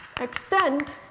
extend